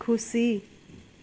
खुसी